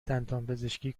دندانپزشکی